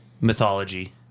Mythology